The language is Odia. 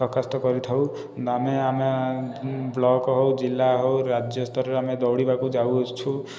ପ୍ରକାଶିତ କରିଥାଉ ଆମେ ଆମେ ବ୍ଲକ ହେଉ ଜିଲ୍ଲା ହେଉ ରାଜ୍ୟସ୍ତରରେ ଆମେ ଦୌଡ଼ିବାକୁ ଯାଉଛୁ